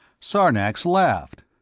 sarnax laughed.